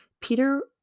Peter